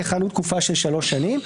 יכהנו תקופה של שלוש שנים".